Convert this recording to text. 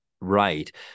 right